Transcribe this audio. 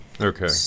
Okay